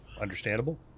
understandable